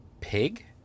pig